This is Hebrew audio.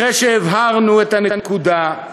אחרי שהבהרנו את הנקודה,